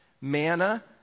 Manna